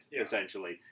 essentially